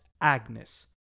Agnes